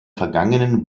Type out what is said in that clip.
vergangenen